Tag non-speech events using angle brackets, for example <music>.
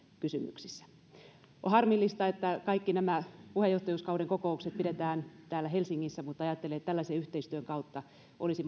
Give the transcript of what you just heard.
kysymyksissä on harmillista että kaikki puheenjohtajuuskauden kokoukset pidetään täällä helsingissä mutta ajattelen että tällaisen yhteistyön kautta olisi <unintelligible>